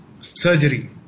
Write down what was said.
surgery